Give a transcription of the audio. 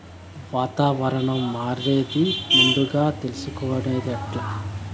వాతావరణం మారేది ముందుగా తెలుసుకొనేది ఎట్లా?